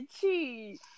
cheese